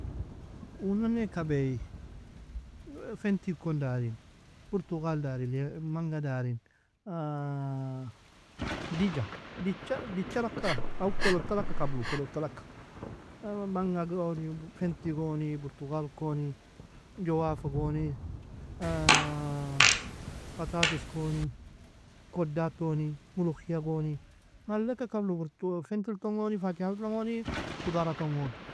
Unane kabie fenti kon darin, portugale dari, manga darin, diga dich alakka aw kolod talakka, kabru kolod talakka manga goni, fenti goni, Portugale koni, Joafa goni, patates kon, Koddad toni, mulukhia goni, malekka kabru fentilton goni fakihal ton goni. Khudarat ton gon